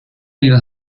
you